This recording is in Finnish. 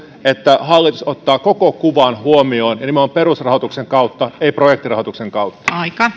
että hallitus ottaa koko kuvan huomioon ja nimenomaan perusrahoituksen kautta ei projektirahoituksen kautta